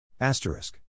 asterisk